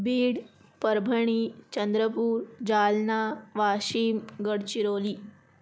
Beed Parbhani Chandrapur Jalna Washim Gadchiroli